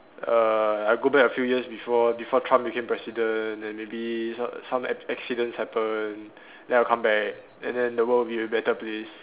uh I go back a few years before before Trump became president then maybe some some ac~ accidents happen then I'll come back and then the world would be a better place